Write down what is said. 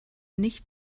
nicht